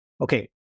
okay